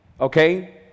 okay